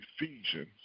Ephesians